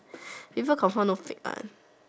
people confirm know fake one